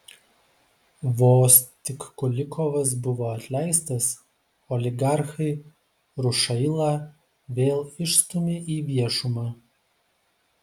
vos tik kulikovas buvo atleistas oligarchai rušailą vėl išstūmė į viešumą